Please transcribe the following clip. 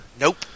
Nope